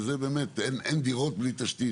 שזה באמת אין דירות בלי תשתית,